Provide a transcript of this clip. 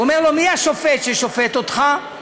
אומר לו: מי השופט ששופט אותך?